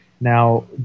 Now